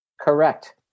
Correct